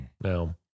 Now